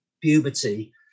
puberty